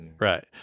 Right